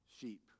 sheep